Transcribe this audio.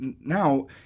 now